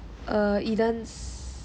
err eden's